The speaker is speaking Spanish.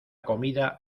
comida